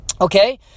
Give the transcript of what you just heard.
Okay